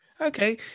Okay